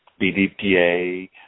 BDPA